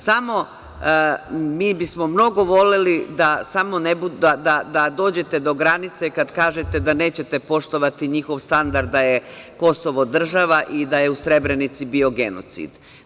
Samo, mi bismo mnogo voleli da dođete do granice kad kažete da nećete poštovati njihov standard da je Kosovo država i da je u Srebrenici bio genocid.